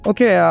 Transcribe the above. Okay